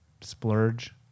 splurge